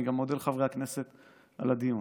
אני גם מודה לחברי הכנסת על הדיון,